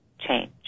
change